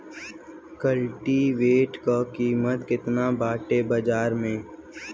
कल्टी वेटर क कीमत केतना बाटे बाजार में?